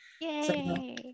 Yay